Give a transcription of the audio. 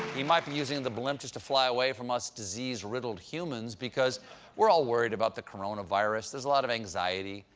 he might be using the blimp just to fly away from us disease-riddled humans, because we're all worried about the coronavirus. there's a lot of anxiety.